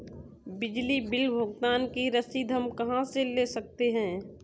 बिजली बिल भुगतान की रसीद हम कहां से ले सकते हैं?